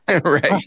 Right